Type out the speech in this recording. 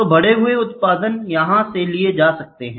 तो बढ़ा हुआ उत्पादन यहाँ से लिया जा सकता है